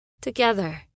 together